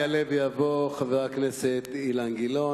יעלה ויבוא חבר הכנסת אילן גילאון,